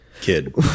Kid